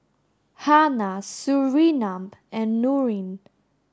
Hana Surinam and Nurin